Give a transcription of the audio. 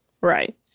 Right